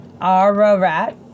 Ararat